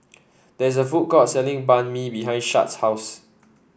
there is a food court selling Banh Mi behind Shad's house